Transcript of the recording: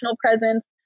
presence